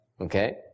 Okay